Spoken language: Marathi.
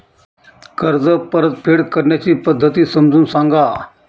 कर्ज परतफेड करण्याच्या पद्धती समजून सांगा